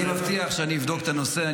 אני מבטיח שאני אבדוק את הנושא.